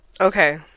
Okay